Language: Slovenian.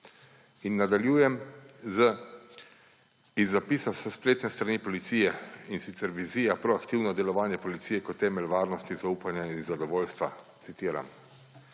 In nadaljujem iz zapisa s spletne strani Policije, in sicer Vizija; proaktivno delovanje policije kot temelj varnosti, zaupanja in zadovoljstva. Citiram: